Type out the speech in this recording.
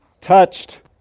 touched